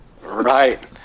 Right